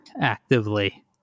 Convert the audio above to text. actively